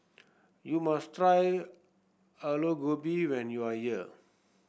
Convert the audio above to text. you must try Aloo Gobi when you are here